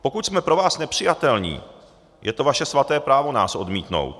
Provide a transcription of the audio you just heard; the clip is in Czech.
Pokud jsme pro vás nepřijatelní, je to vaše svaté právo nás odmítnout.